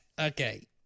Okay